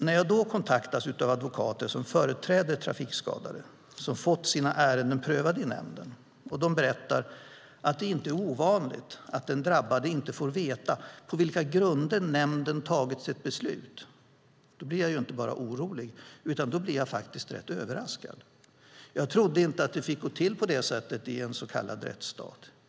När jag kontaktas av advokater som företräder trafikskadade som fått sina ärenden prövade av nämnden och de berättar att det inte är ovanligt att den drabbade inte får veta på vilka grunder nämnden tagit sitt beslut, blir jag inte bara orolig utan rätt överraskad. Jag trodde inte att det fick gå till på det sättet i en så kallad rättsstat.